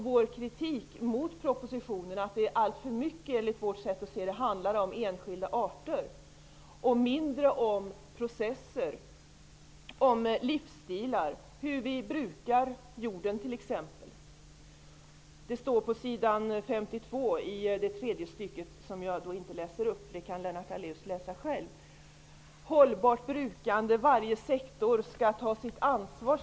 Vår kritik mot propositionen går ut på att det alltför mycket enligt vårt sätt att se handlar om enskilda arter och mindre om processer, livsstilar och hur vi t.ex. brukar jorden. Detta står att läsa på s. 52, tredje stycket, som jag inte tänker läsa upp, för det kan Lennart Daléus läsa själv. Lennart Daléus talar om hållbart brukande och om att varje sektor skall ta sitt ansvar.